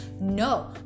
no